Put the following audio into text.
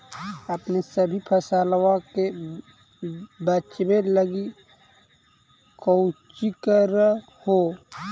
अपने सभी फसलबा के बच्बे लगी कौची कर हो?